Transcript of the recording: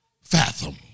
fathom